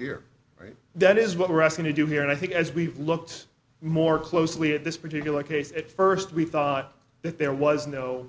here right that is what we're asking to do here and i think as we've looked more closely at this particular case at first we thought that there was no